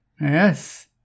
Yes